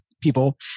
people